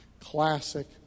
classic